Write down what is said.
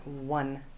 one